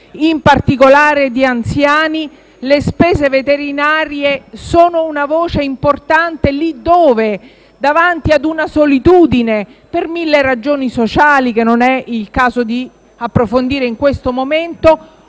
in particolare di anziani, le spese veterinarie sono una voce importante, lì dove, davanti a una solitudine, per mille ragioni sociali che non è il caso di approfondire in questo momento,